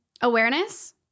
Awareness